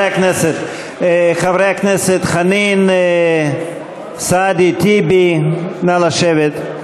חברי הכנסת סעדי, טיבי, נא לשבת.